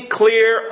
clear